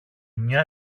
μια